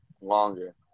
longer